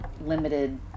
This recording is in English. limited